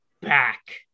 back